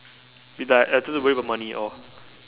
it's like I don't have to worry about money at all